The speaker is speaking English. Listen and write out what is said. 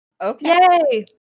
Okay